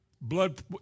blood